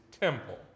temple